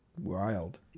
wild